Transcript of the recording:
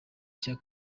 cya